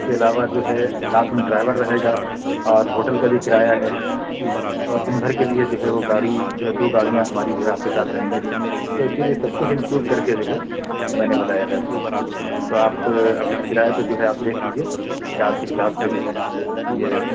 اس کے علاوہ جو ہے ساتھ میں ڈرائیور رہے گا اور ہوٹل کا بھی کرایہ ہے اور دن بھر کے لیے جو ہے وہ گاڑی جو دو گاڑیاں جو ہے ہماری آپ کے ساتھ رہیں گی تو اس لیے سب کچھ انکلوڈ رہ کے جو ہے میں نے بتایا ہے اس کو تو آپ اب اس کرائے کو جو ہے آپ دیکھ لیجیے کیا آپ کے حساب سے جو ہے یہ